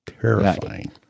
Terrifying